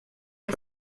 hat